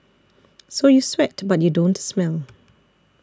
so you sweat but you don't smell